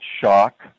shock